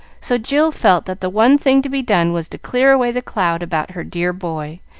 so jill felt that the one thing to be done was to clear away the cloud about her dear boy,